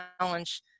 challenge